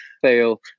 fail